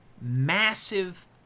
massive